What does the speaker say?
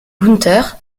günther